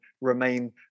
remain